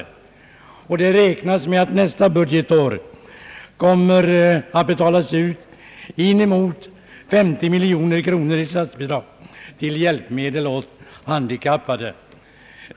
Det beräknas att det nästa budgetår kommer att betalas ut inemot 50 miljoner kronor i statsbidrag för hjälpmedel åt handikappade.